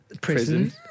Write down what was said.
prison